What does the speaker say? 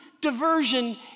diversion